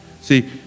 See